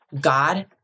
God